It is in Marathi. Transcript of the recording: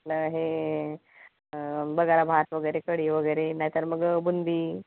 आपलं हे बगारा भात वगैरे कढी वगैरे नाहीतर मग बुंदी